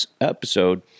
episode